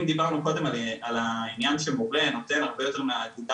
אם דיברנו קודם על העניין של מורה נותן הרבה יותר מהדידקטיקה,